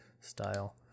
style